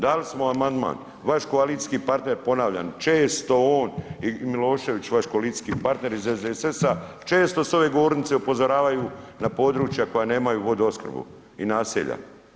Dali smo amandman, vaš koalicijski partner, ponavljam, često on i Milošević, vaš koalicijski partner iz SDSS-a, često s ove govornice upozoravaju na područja koja nemaju vodoopskrbu i naselja.